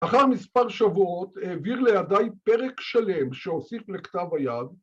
‫אחר מספר שבועות העביר לידיי ‫פרק שלם שהוסיף לכתב היד.